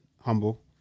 Humble